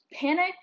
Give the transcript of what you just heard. panic